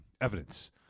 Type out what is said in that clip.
evidence